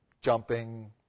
jumping